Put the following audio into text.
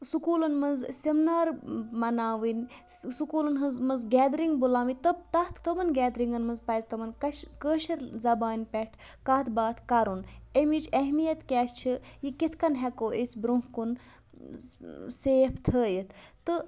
سکوٗلَن منٛز سیمنار مَناوٕنۍ سکوٗلَن ہٕنٛز منٛز گیدرِنٛگ بُلاوٕنۍ تہٕ تَتھ تٕمَن گیدرِنٛگَن منٛز پَزِ تِمَن کَشہِ کٲشِر زبانہِ پٮ۪ٹھ کَتھ باتھ کَرُن ایٚمِچ اہمیت کیٛاہ چھِ یہِ کِتھ کٔنۍ ہٮ۪کو أسۍ برونٛہہ کُن سیف تھٲیِتھ تہٕ